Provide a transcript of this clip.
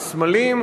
הסמלים.